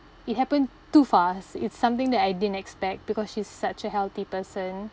it happened too fast it's something that I didn't expect because she's such a healthy person